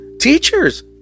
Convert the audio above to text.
teachers